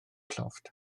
llofft